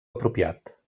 apropiat